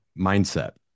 mindset